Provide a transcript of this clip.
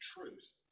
truth